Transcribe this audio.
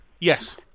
Yes